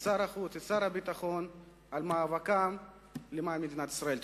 את שר החוץ ואת שר הביטחון על מאבקם למען מדינת ישראל.